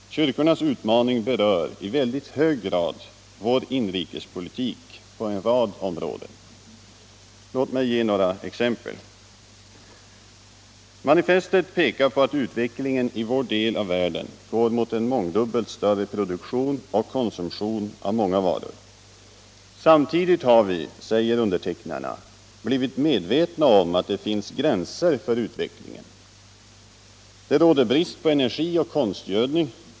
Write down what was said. Kyrkornas utmaning berör i väldigt hög grad vår inrikespolitik på en rad områden. Låt mig ge några exempel. Manifestet pekar på att utvecklingen i vår del av världen går mot en mångdubbelt större produktion och konsumtion av många varor. Samtidigt har vi, säger undertecknarna, blivit medvetna om att det finns gränser för utvecklingen. Det råder brist på energi och konstgödning.